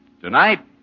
Tonight